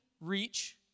reach